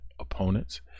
opponents